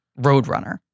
Roadrunner